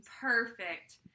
perfect